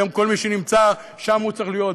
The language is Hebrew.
היום כל מי שנמצא שם צריך להיות,